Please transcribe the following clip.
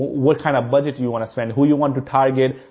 what kind of budget do you want to spend? who you want to target?